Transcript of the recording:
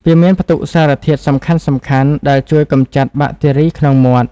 វាមានផ្ទុកសារធាតុសំខាន់ៗដែលជួយកម្ចាត់បាក់តេរីក្នុងមាត់។